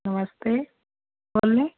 नमस्ते बोलें